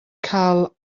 cael